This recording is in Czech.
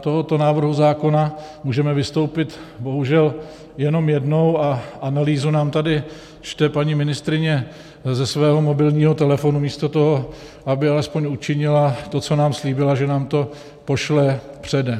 tohoto návrhu zákona, můžeme vystoupit bohužel jenom jednou a analýzu nám tady čte paní ministryně ze svého mobilního telefonu místo toho, aby alespoň učinila to, co nám slíbila, že nám to pošle předem.